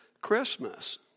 Christmas